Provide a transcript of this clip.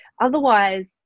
Otherwise